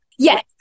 Yes